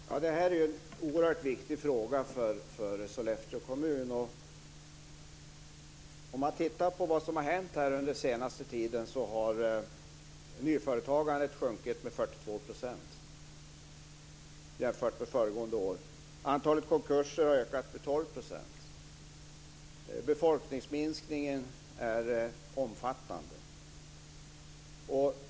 Fru talman! Det här är en oerhört viktig fråga för Sollefteå kommun. Under den senaste tiden har nyföretagandet sjunkit med 42 % jämfört med föregående år. Antalet konkurser har ökat med 12 %. Befolkningsminskningen är omfattande.